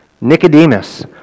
Nicodemus